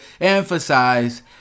emphasize